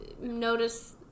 notice